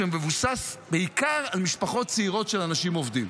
שמבוסס בעיקר על משפחות צעירות של אנשים עובדים,